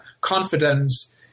confidence